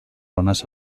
ones